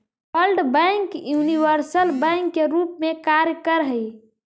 world bank universal bank के रूप में कार्य करऽ हइ